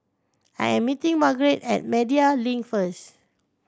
I am meeting Margrett at Media Link first